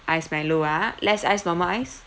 ice milo ah less ice normal ice